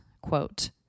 quote